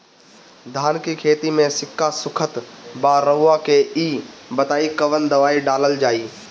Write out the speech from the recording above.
धान के खेती में सिक्का सुखत बा रउआ के ई बताईं कवन दवाइ डालल जाई?